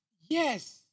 Yes